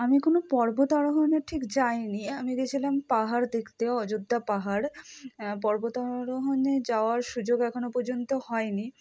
আমি কোন পর্বত আরোহণে ঠিক যাইনি আমি গিয়েছিলাম পাহাড় দেখতে অয্যোধ্যা পাহাড় পর্বত আরোহণে যাওয়ার সুযোগ এখনো পর্যন্ত হয়নি